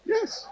Yes